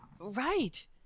Right